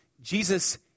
Jesus